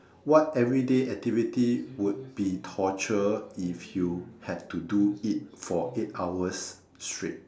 what everyday activity would be torture if you had to do it for eight hours straight